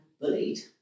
bullied